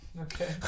Okay